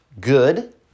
good